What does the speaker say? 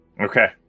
Okay